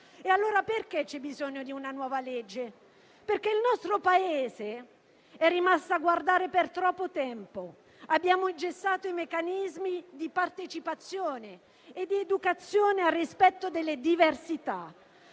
dunque c'è bisogno di un nuovo intervento normativo? Perché il nostro Paese è rimasto a guardare per troppo tempo, abbiamo ingessato i meccanismi di partecipazione e di educazione al rispetto delle diversità